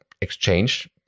exchange